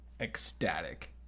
ecstatic